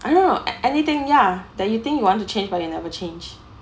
I don't know anything ya that you think you want to change but you never change